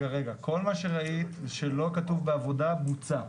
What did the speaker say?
כל מה שראית שלא כתוב בעבודה בוצע.